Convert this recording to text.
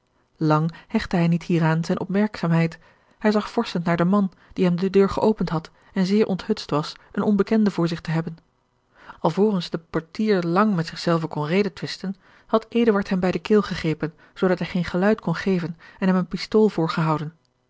lang hechtte hij niet hieraan zijne opmerkzaamheid hij zag vorschend naar den man die hem de deur geopend had en zeer onthutst was een onbekende voor zich te hebben alvorens de portier lang met zich zelven kon redetwisten had eduard hem bij de keel gegrepen zoodat hij geen geluid kon geven en hem eene pistool